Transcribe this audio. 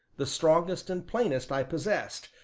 the strongest and plainest i possessed,